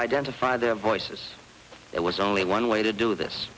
identify their voices it was only one way to do this